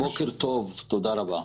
בוקר טוב, תודה רבה.